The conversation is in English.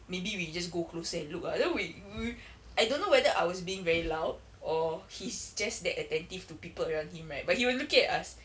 maybe we just go closer look ah then we we I don't know whether I was being very loud or he's just that attentive to people around him right but he was looking at us